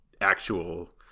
actual